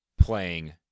playing